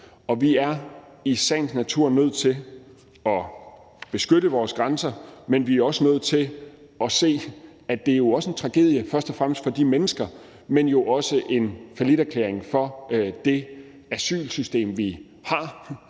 Vi er i sagens natur nødt til at beskytte vores grænser, men vi er også nødt til at erkende, at det både og først og fremmest er en tragedie, for de mennesker, det går ud over, men jo også en falliterklæring for det asylsystem, vi har.